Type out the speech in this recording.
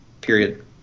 Period